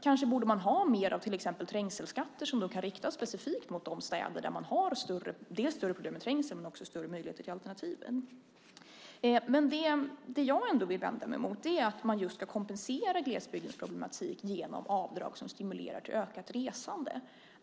Kanske man borde ha mer av trängselskatter som kan riktas specifikt mot de städer där man har dels större problem med trängseln, dels större möjligheter till alternativ. Jag vill ändå vända mig mot att man ska kompensera glesbygdens problematik genom avdrag som stimulerar till ökat resande.